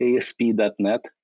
ASP.NET